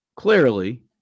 Clearly